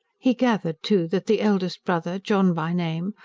he gathered, too, that the eldest brother, john by name,